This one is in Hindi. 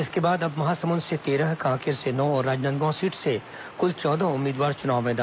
इसके बाद अब महासमुंद से तेरह कांकेर से नौ और राजनांदगांव सीट से कुल चौदह उम्मीदवार चुनाव मैदान में है